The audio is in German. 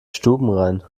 stubenrein